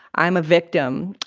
i'm a victim.